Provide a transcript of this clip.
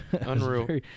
unreal